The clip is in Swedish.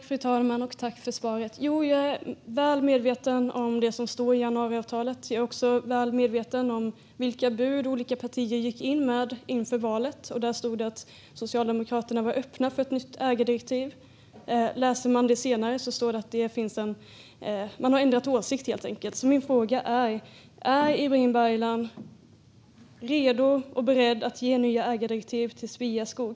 Fru talman! Jo, jag är väl medveten om det som står i januariavtalet. Jag är också väl medveten om vilka bud olika partier gick in med inför valet, och där stod det att Socialdemokraterna var öppna för att ge ett nytt ägardirektiv. Nu har man ändrat åsikt. Min fråga är: Är Ibrahim Baylan redo och beredd att ge ett nytt ägardirektiv till Sveaskog?